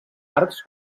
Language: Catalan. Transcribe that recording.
arcs